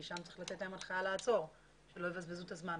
כי שם צריך לתת להם הנחיה לעצור כדי שלא יבזבזו את הזמן.